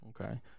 Okay